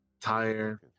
tire